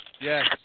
Yes